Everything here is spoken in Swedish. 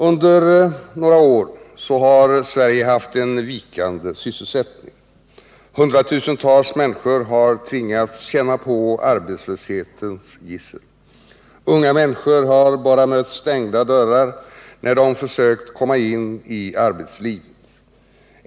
Under några år har Sverige haft en vikande sysselsättning. Hundratusentals människor har tvingats känna på arbetslöshetens gissel. Unga människor har bara mött stängda dörrar när de försökt komma in i arbetslivet.